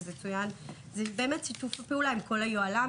הוא שיתוף הפעולה עם כל היוהל"מיות.